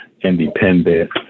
independent